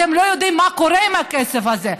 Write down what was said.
אתם לא יודעים מה קורה עם הכסף הזה.